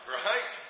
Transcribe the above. right